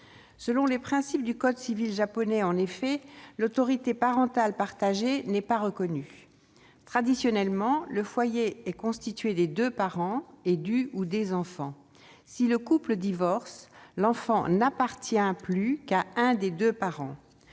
selon les principes du code civil japonais, l'autorité parentale partagée n'est pas reconnue. Traditionnellement, le foyer est constitué des deux parents et du ou des enfants. Si le couple divorce, l'enfant n'« appartient » plus qu'à un des deux parents.